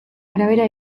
arabera